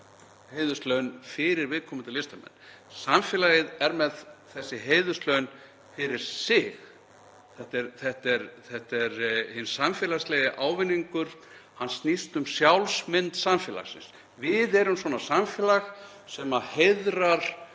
heiðurslaun fyrir viðkomandi listamenn. Samfélagið er með þessi heiðurslaun fyrir sig. Þetta er hinn samfélagslegi ávinningur; hann snýst um sjálfsmynd samfélagsins. Við erum svona samfélag sem heiðrar